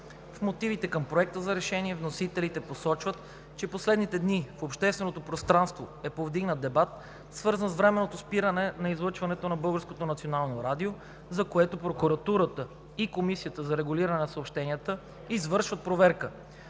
В мотивите към Проекта за решение вносителите посочват, че последните дни в общественото пространство е повдигнат дебат, свързан с временното спиране на излъчването на Българското национално радио, за което Прокуратурата и Комисията за регулиране на съобщенията извършват проверка.